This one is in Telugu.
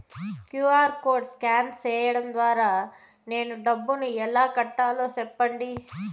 క్యు.ఆర్ కోడ్ స్కాన్ సేయడం ద్వారా నేను డబ్బును ఎలా కట్టాలో సెప్పండి?